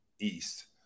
east